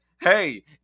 hey